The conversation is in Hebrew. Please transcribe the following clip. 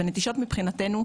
נטישות מבחינתנו,